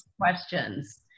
questions